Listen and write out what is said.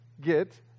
get